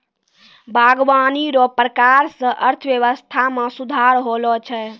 बागवानी रो प्रकार से अर्थव्यबस्था मे सुधार होलो छै